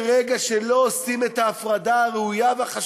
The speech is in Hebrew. ברגע שלא עושים את ההפרדה הראויה והנכונה